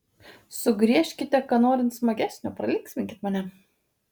sugriežkite ką norint smagesnio pralinksminkit mane